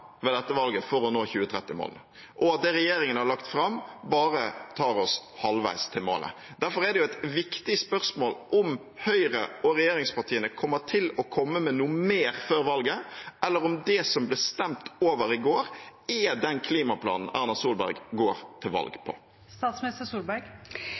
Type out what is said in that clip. ved dette valget for å nå 2030-målet, og at det regjeringen har lagt fram, bare tar oss halvveis til målet. Derfor er det jo et viktig spørsmål om Høyre og regjeringspartiene kommer til å komme med noe mer før valget, eller om det som det ble stemt over i går, er den klimaplanen Erna Solberg går til valg